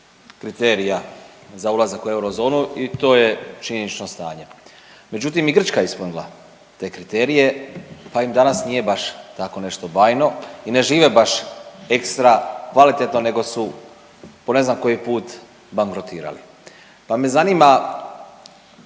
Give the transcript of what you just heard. kriterija za ulazak u eurozonu i to je činjenično stanje, međutim i Grčka je ispunila te kriterije pa im danas nije baš tako nešto bajno i ne žive baš ekstra kvalitetno nego su po ne znam koji put bankrotirali, pa me zanima